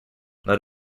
let